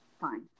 fine